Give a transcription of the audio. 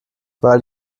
weil